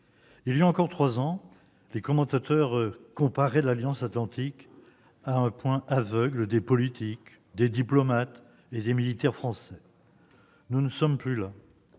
Il y a encore trois ans, les commentateurs comparaient l'Alliance atlantique à un point aveugle des politiques, des diplomates et des militaires français. Nous n'en sommes plus là